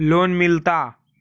Loan मिलता?